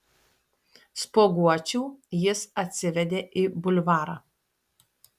spuoguočių jis atsivedė į bulvarą